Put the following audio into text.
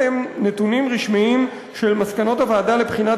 אלה נתונים רשמיים של מסקנות הוועדה לבחינת